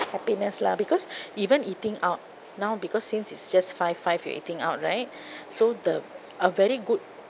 happiness lah because even eating out now because since it's just five five you're eating out right so the uh very good